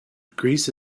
greece